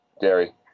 Gary